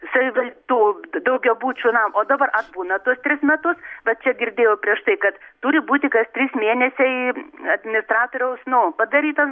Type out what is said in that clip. savival tų daugiabučių nam o dabar atbūna tuos tris metus va čia girdėjau prieš tai kad turi būti kas trys mėnesiai administratoriaus nu padarytas